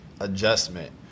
adjustment